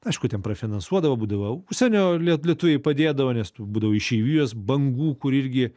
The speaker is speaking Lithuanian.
aišku ten prafinansuodavo būdavo užsienio lie lietuviai padėdavo nes tų būdavo išeivijos bangų kur irgi